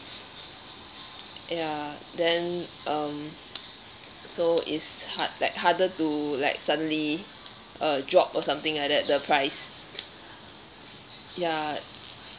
ya then um so is hard like harder to like suddenly uh drop or something like that the price ya